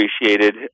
appreciated